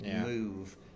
move